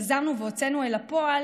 יזמנו והוצאנו לפועל